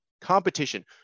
competition